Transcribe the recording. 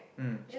mm